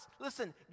listen